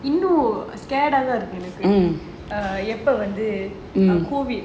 இன்னும்:innum scared ah தான் இருக்கு எனக்கு எப்போ வந்து:athaan irukku enakku eppo vanthu COVID